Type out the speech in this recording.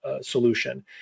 solution